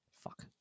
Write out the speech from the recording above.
fuck